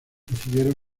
recibieron